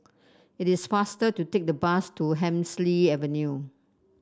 it is faster to take the bus to Hemsley Avenue